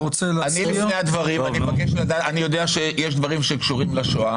אני יודע שיש דברים שקשורים לשואה